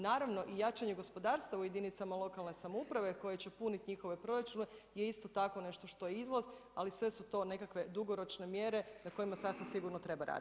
Naravno i jačanje gospodarstva u jedinicama lokalne samouprave koje će puniti njihove proračune, je isto tako nešto što je izlaz, ali sve su to nekakve dugoročne mjere, na kojima sasvim sigurno treba raditi.